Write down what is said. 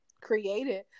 created